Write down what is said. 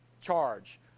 charge